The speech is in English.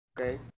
Okay